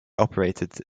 operated